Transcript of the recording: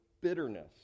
bitterness